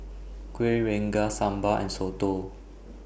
Kuih Rengas Sambal and Soto